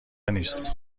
نیست